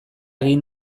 egin